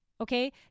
Okay